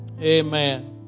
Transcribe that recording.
Amen